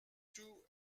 tout